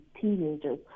teenagers